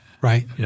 Right